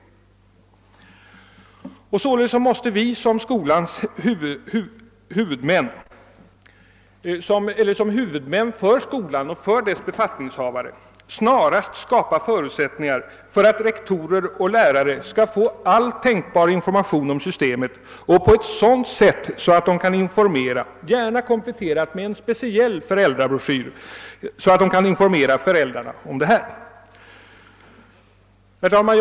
I egenskap av huvudmän för skolan och dess befattningshavare måste vi snarast möjligt skapa förutsättningar för rektorer och lärare att erhålla all tänkbar information om systemet — gärna kompletterad med en speciell föräldrabroschyr — så att lärarna sedan kan informera om dessa ting.